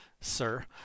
sir